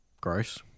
gross